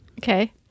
Okay